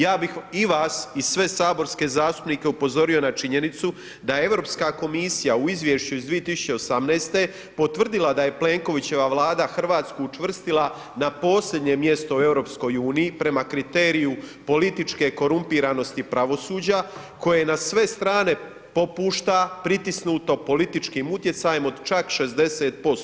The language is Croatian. Ja bi i vas i sve saborske zastupnike upozorio na činjenicu da Europska komisija u izvješću iz 2018. potvrdila da je Plenkovićeva vlada Hrvatsku učvrstila na posljednje mjesto u EU, prema kriteriju političke korumpiranosti i pravosuđa, koja je na sve strane popušta, protisnuto političkim utjecajem od čak 60%